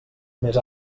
més